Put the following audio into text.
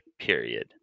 period